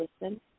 listen